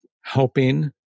helping